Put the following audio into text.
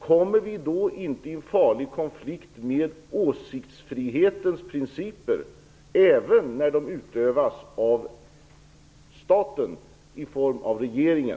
Kommer vi då inte i farlig konflikt med åsiktsfrihetens principer, även när de utövas av staten i form av regeringen?